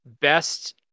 best